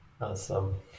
Awesome